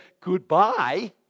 goodbye